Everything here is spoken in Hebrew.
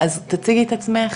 אז תציגי את עצמך,